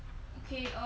okay um